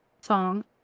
song